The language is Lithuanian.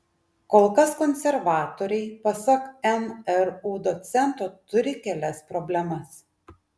kol kas konservatoriai pasak mru docento turi kelias problemas